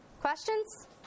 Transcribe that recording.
Questions